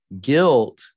guilt